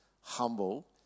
humble